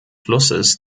flusses